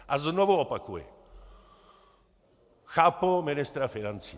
A znovu opakuji, chápu ministra financí.